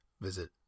Visit